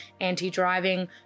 anti-driving